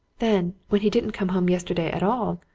then, when he didn't come home yesterday at all,